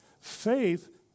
Faith